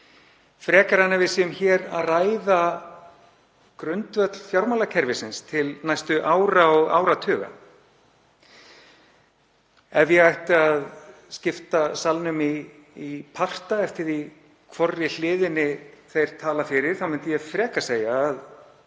frekar en að við séum hér að ræða grundvöll fjármálakerfisins til næstu ára og áratuga. Ef ég ætti að skipta salnum í parta eftir því hvorri hliðinni er talað fyrir myndi ég segja að